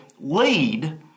lead